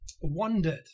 wondered